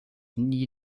nie